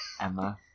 Emma